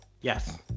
Yes